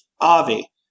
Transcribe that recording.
Avi